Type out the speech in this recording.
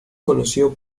conocido